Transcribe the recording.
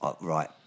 right